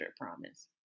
promise